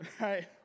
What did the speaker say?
Right